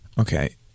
Okay